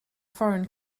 foreign